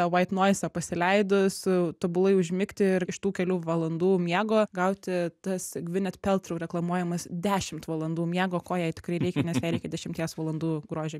vait noizą pasileidus tobulai užmigti ir iš tų kelių valandų miego gauti tas gwyneth paltrow reklamuojamas dešimt valandų miego ko jai tikrai reikia nes jai reikia dešimties valandų grožio